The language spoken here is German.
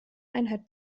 einheit